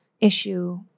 issue